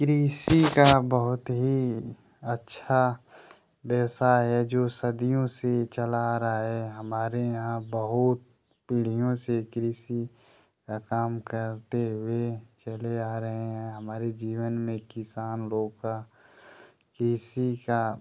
कृषि का बहुत ही अच्छा व्यवसाय है जो सदियों से चला आ रहा है हमारे यहाँ बहुत पीढ़ियों से कृषि का काम करते हुए चले आ रहे हैं हमारे जीवन में किसान लोग का कृषि का